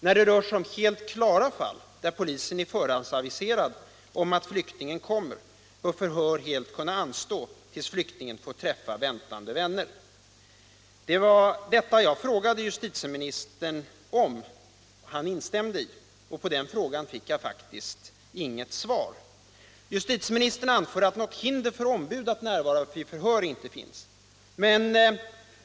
När det gäller alldeles klara fall, där polisen är förhandsaviserad om att flyktingen kommer, bör förhör helt kunna anstå tills flyktingen fått träffa väntande vänner. Jag frågade justitieministern om han instämde i detta. På den frågan fick jag faktiskt inget svar. Justitieministern anförde att något hinder för ombud att närvara vid förhör inte finns.